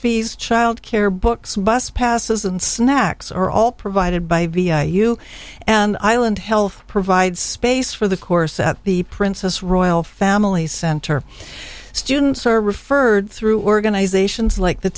fees childcare books bus passes and snacks are all provided by you an island health provide space for the course at the princess royal family center students are referred through organizations like the